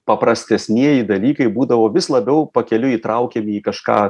paprastesnieji dalykai būdavo vis labiau pakeliui įtraukiami į kažką